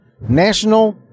national